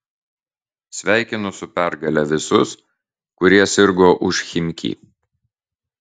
sveikinu su pergale visus kurie sirgo už chimki